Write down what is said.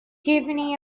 tiffany